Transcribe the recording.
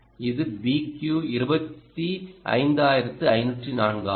இது BQ25504 ஆகும்